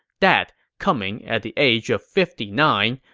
that, coming at the age of fifty nine,